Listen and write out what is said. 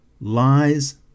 Lies